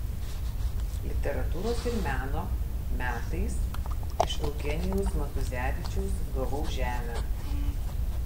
literatūros ir meno metais iš eugenijaus matuzevičiaus gavau žemę